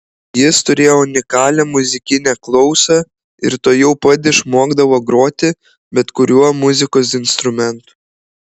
jis turėjo unikalią muzikinę klausą ir tuojau pat išmokdavo groti bet kuriuo muzikos instrumentu